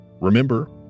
Remember